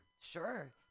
Sure